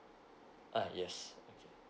uh yes